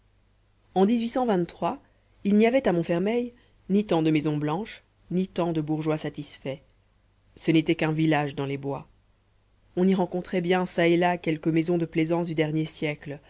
en il n'y avait à montfermeil ni tant de maisons blanches ni tant de bourgeois satisfaits ce n'était qu'un village dans les bois on y rencontrait bien çà et là quelques maisons de plaisance du dernier siècle